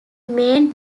made